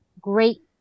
great